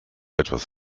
etwas